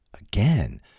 again